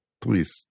please